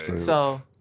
so.